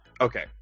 okay